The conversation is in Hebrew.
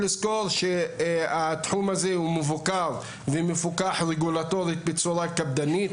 לזכור שהתחום הזה הוא מבוקר ומפוקח רגולטורית בצורה קפדנית,